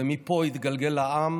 ומפה התגלגלה לעם